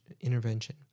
intervention